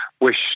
wish